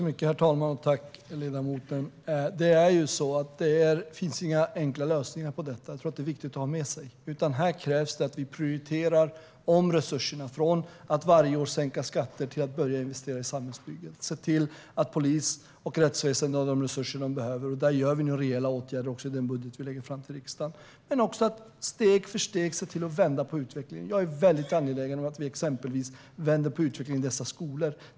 Herr talman! Tack, ledamoten! Det finns inga enkla lösningar på detta. Det är viktigt att ha med sig. Här krävs det att vi prioriterar om resurserna från att sänka skatter varje år till att börja investera i samhällsbygget för att se till att polis och rättsväsen har de resurser som de behöver. Där vidtar vi nu rejäla åtgärder i den budget som vi lägger fram för riksdagen. Vi måste steg för steg se till att vända på utvecklingen. Jag är exempelvis väldig angelägen om att vi ska vända på utvecklingen i dessa skolor.